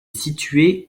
situé